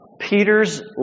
Peter's